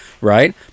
right